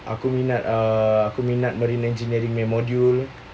aku minat ah aku minat marine engineering nya module